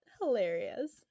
Hilarious